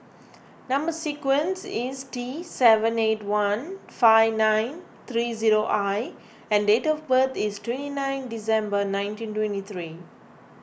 Number Sequence is T seven eight one five nine three zero I and date of birth is twenty nine December nineteen twenty three